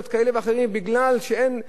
מכיוון שאין נקיות,